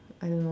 I don't know